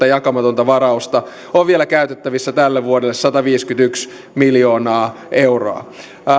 jakamatonta varausta on vielä käytettävissä tälle vuodelle sataviisikymmentäyksi miljoonaa euroa